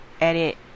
edit